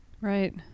Right